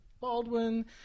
Baldwin